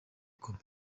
goma